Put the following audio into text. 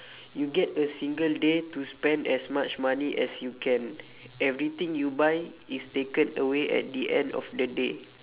you get a single day to spend as much money as you can everything you buy is taken away at the end of the day